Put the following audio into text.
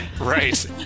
Right